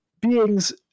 beings